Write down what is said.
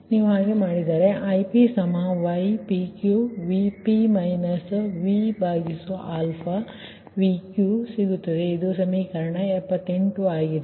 ನೀವು ಹಾಗೆ ಮಾಡಿದರೆ ನಿಮಗೆ Ip ypqVp VtVq ಸಿಗುತ್ತದೆ ಇದು ಸಮೀಕರಣ 78 ಆಗಿದೆ